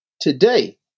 Today